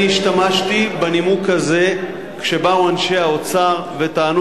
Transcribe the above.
ואני השתמשתי בנימוק הזה כשבאו אנשי האוצר וטענו